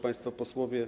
Państwo Posłowie!